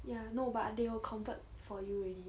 ya no but they will convert for you already